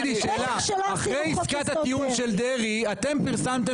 אחרי עסקת הטיעון של דרעי אתם פרסמתם